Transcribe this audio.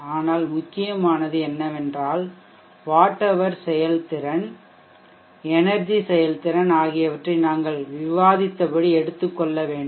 ஆனால் முக்கியமானது என்னவென்றால் வாட் ஹவர் செயல்திறன் எனெர்ஜி செயல்திறன் ஆகியவற்றை நாங்கள் விவாதித்தபடி எடுத்துக்கொள்ளள வேண்டும்